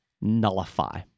nullify